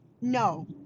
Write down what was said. no